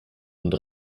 und